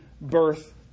birth